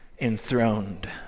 enthroned